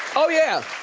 oh yeah,